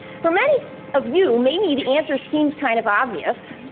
for many of you, maybe the answer seems kind of obvious.